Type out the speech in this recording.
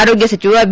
ಆರೋಗ್ಯ ಸಚಿವ ಬಿ